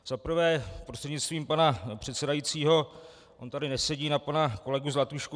Za prvé prostřednictvím pana předsedajícího, on tady nesedí, na pana kolegu Zlatušku.